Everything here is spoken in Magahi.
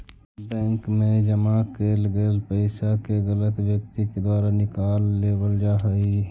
बैंक मैं जमा कैल गेल पइसा के गलत व्यक्ति के द्वारा निकाल लेवल जा हइ